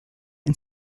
and